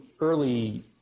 early